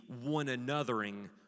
one-anothering